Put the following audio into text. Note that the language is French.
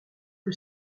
que